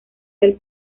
del